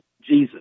Jesus